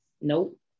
Nope